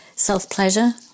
self-pleasure